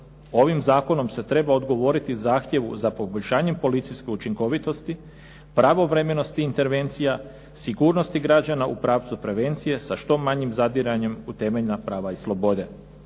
Ovim zakonom se treba odgovoriti zahtjevu za poboljšanjem policijske učinkovitosti, pravovremenosti intervencija, sigurnosti građana u pravcu prevencije sa što manjim zadiranjem u temeljna prava i slobode.